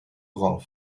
golf